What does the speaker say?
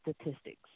statistics